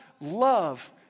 love